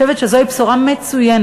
אני חושבת שזוהי בשורה מצוינת.